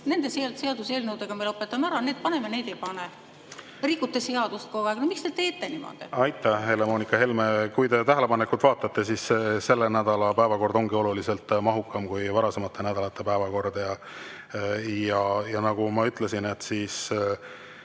nende seaduseelnõudega lõpetame ära, need paneme, neid ei pane. Te rikute seadust kogu aeg. Miks te teete niimoodi? Aitäh, Helle-Moonika Helme! Kui te tähelepanelikult vaatate, siis selle nädala päevakord ongi oluliselt mahukam kui varasemate nädalate päevakorrad. Ja nagu ma ütlesin, me võime